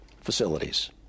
facilities